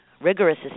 rigorous